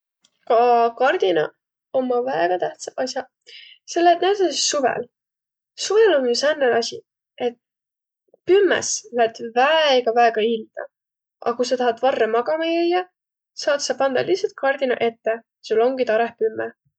Ka kardinaq ommaq väega tähtsäq as'aq, selle et näütüses suvõl, om ju sääne asi, et pümmes lätt väega, väega ilda, a ku sa tahat varra magama jäiäq, saat sa pandaq lihtsalt kardinaq ette ja omgiq tarõh pümme.